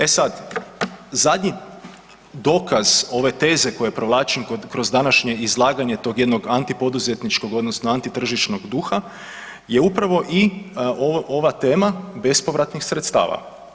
E sad, zadnji dokaz ove teze koje provlačim kroz današnje izlaganje tog jednog antipoduzetničkog odnosno antitržišnog duha je upravo i ova tema bespovratnih sredstava.